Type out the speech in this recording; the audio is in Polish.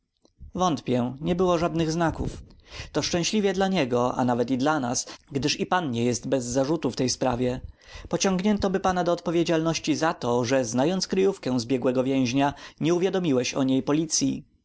wątpię nie było żadnych znaków to szczęśliwie dla niego a nawet i dla nas gdyż i pan nie jest bez zarzutu w tej sprawie pociąganoby pana do odpowiedzialności za to że znając kryjówkę zbiegłego więźnia nie uwiadomiłeś o niej policyi